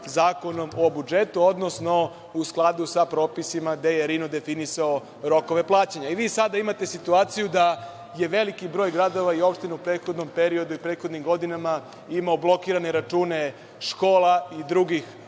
Zakonom o budžetu, odnosno u skladu sa propisima gde je RINO definisao rokove plaćanja. Vi sada imate situaciju da je veliki broj gradova i opština u prethodnom periodu i prethodnim godinama imao blokirane račune škola i drugih